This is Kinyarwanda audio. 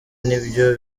nibyo